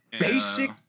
basic